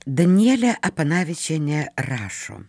danielė apanavičienė rašo